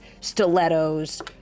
stilettos